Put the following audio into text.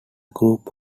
group